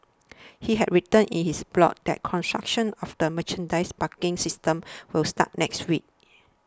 he had written in his blog that construction of the mechanised parking system will start next week